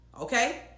okay